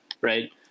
right